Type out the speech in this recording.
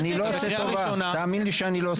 אני לא עושה טובה, תאמין לי שאני לא עושה טובה.